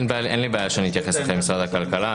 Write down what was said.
אין לי בעיה שאתייחס אחרי משרד הכלכלה,